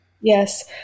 Yes